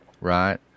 Right